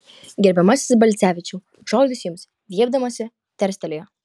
gerbiamasis balcevičiau žodis jums viepdamasi tarstelėjo